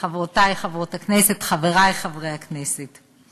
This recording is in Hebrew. חברותי חברות הכנסת, חברי חברי הכנסת,